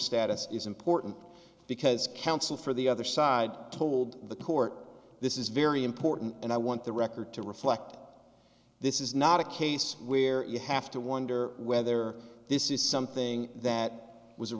status is important because counsel for the other side told the court this is very important and i want the record to reflect this is not a case where you have to wonder whether this is something that was a